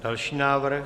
Další návrh.